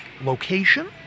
Location